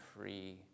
free